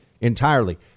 entirely